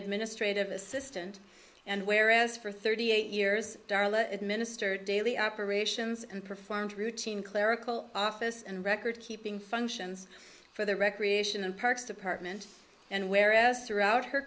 administrative assistant and whereas for thirty eight years darla administered daily operations and performed routine clerical office and record keeping functions for the recreation and parks department and whereas throughout her